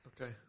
Okay